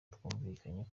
twumvikanye